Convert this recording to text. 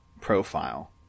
profile